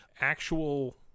Actual